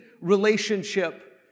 relationship